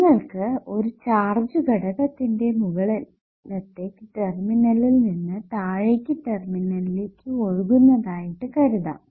നിങ്ങൾക്ക് ഒരു ചാർജ് ഘടകത്തിന്റെ മുകളിലത്തെ ടെർമിനലിൽ നിന്ന് താഴെത്തെ ടെർമിനലിലേക്ക് ഒഴുകുന്നതായിട്ട് കരുതാം